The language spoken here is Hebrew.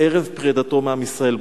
ערב פרידתו מעם ישראל.